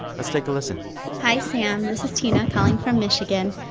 let's take a listen hi, sam. this is tina calling from michigan,